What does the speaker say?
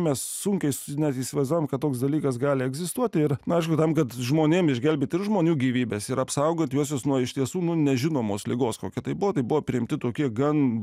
mes sunkiai su naciais vazom kad toks dalykas gali egzistuoti ir aišku tam kad žmonėms išgelbėti ir žmonių gyvybes ir apsaugoti juos nuo iš tiesų nuo nežinomos ligos kokia tai buvo tai buvo priimti tokie gan